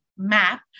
map